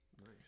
nice